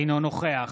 אינו נוכח